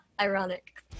ironic